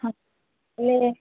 ହଁ ହେଲେ